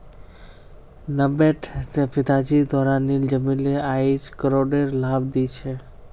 नब्बेट पिताजी द्वारा लील जमीन आईज करोडेर लाभ दी छ